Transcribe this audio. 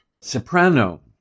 soprano